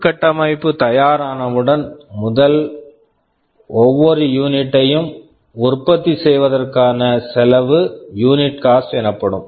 உள்கட்டமைப்பு தயாரானவுடன் அதன் ஒவ்வொரு யூனிட்டையும் உற்பத்தி செய்வதற்கான செலவு யூனிட் காஸ்ட் unit cost எனப்படும்